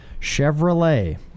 Chevrolet